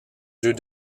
jeux